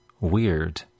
weird